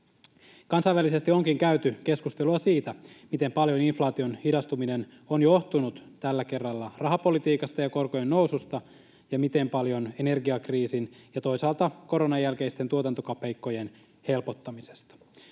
Kansainvälisesti onkin käyty keskustelua siitä, miten paljon inflaation hidastuminen on johtunut tällä kerralla rahapolitiikasta ja korkojen noususta ja miten paljon energiakriisin ja toisaalta koronan jälkeisten tuotantokapeikkojen helpottamisesta.